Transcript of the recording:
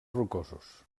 rocosos